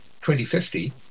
2050